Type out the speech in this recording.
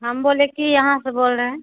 हम बोले कि यहाँ से बोल रहे हैं